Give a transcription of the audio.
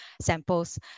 samples